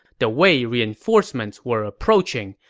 the wei reinforcements were approaching,